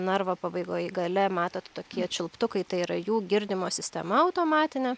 narvo pabaigoj gale matot tokie čiulptukai tai yra jų girdimo sistema automatinė